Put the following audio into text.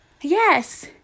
Yes